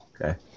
Okay